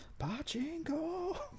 Pachinko